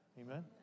Amen